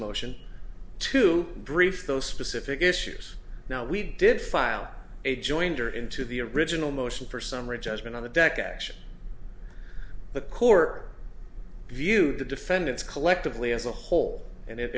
motion to brief those specific issues now we did file a joint or into the original motion for summary judgment on the deck action the cork view the defendants collectively as a whole and